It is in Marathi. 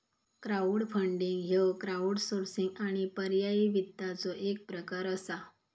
क्राऊडफंडिंग ह्य क्राउडसोर्सिंग आणि पर्यायी वित्ताचो एक प्रकार असा